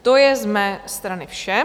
To je z mé strany vše.